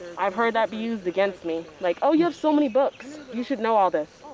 i've heard that be used against me. like, oh, you have so many books. you should know all this.